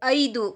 ಐದು